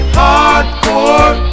hardcore